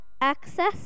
Access